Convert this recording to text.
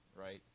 right